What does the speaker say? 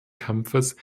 kampfes